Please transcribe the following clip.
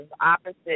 opposite